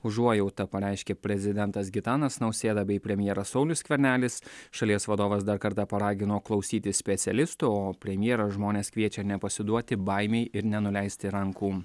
užuojautą pareiškė prezidentas gitanas nausėda bei premjeras saulius skvernelis šalies vadovas dar kartą paragino klausyti specialistų o premjeras žmones kviečia nepasiduoti baimei ir nenuleisti rankų